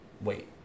Wait